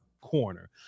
corner